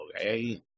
Okay